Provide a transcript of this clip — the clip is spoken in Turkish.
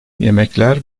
yemekler